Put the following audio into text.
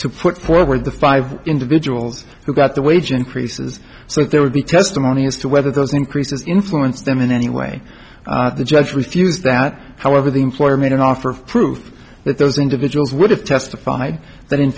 to put forward the five individuals who got the wage increases so there would be testimony as to whether those increases influenced them in any way the judge refused that however the employer made an offer of proof that those individuals would have testified that in